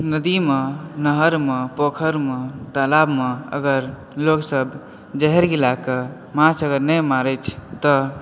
नदी मे नहर मे पोखरि मे तलाब मे अगर लोकसब ज़हर मिला के माछ अगर नहि मारै छै तऽ